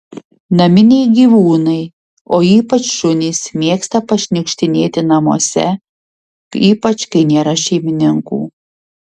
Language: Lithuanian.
naminiai gyvūnai o ypač šunys mėgsta pašniukštinėti namuose ypač kai nėra šeimininkų